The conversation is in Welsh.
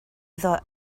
iddo